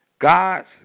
God's